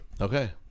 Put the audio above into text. Okay